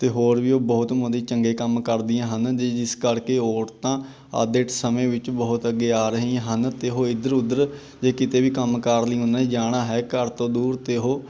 ਅਤੇ ਹੋਰ ਵੀ ਉਹ ਬਹੁਤ ਚੰਗੇ ਕੰਮ ਕਰਦੀਆਂ ਹਨ ਜੇ ਜਿਸ ਕਰਕੇ ਔਰਤਾਂ ਅੱਜ ਦੇ ਸਮੇਂ ਵਿੱਚ ਬਹੁਤ ਅੱਗੇ ਆ ਰਹੀ ਹਨ ਅਤੇ ਉਹ ਇੱਧਰ ਉੱਧਰ ਜੇ ਕਿਤੇ ਵੀ ਕੰਮ ਕਾਰ ਲਈ ਉਹਨਾਂ ਜਾਣਾ ਹੈ ਘਰ ਤੋਂ ਦੂਰ ਅਤੇ ਉਹ